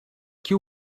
que